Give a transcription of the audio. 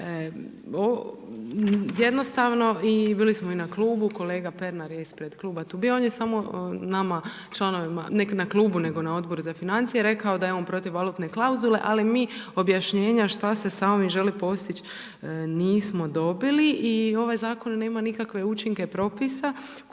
Jednostavno i bili smo i na klubu, kolega Pernar je ispred kluba tu bio, on je samo nama, članovima, ne na klubu, nego na Odboru za financije rekao da je on protiv valutne klauzule, ali mi objašnjenja šta se sa ovim želi postić, nismo dobili i ovaj zakon nema nikakve učinke propisa koje